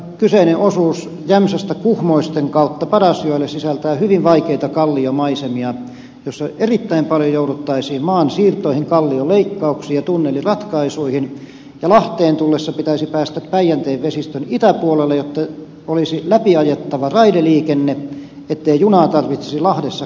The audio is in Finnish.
kyseinen osuus jämsästä kuhmoisten kautta padasjoelle sisältää hyvin vaikeita kalliomaisemia joissa erittäin paljon jouduttaisiin maansiirtoihin kallioleikkauksiin ja tunneliratkaisuihin ja lahteen tullessa pitäisi päästä päijänteen vesistön itäpuolelle jotta olisi läpiajettava raideliikenne ettei junaa tarvitsisi lahdessa kääntää